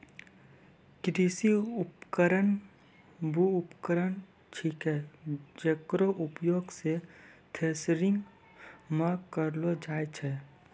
कृषि उपकरण वू उपकरण छिकै जेकरो उपयोग सें थ्रेसरिंग म करलो जाय छै